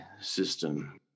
system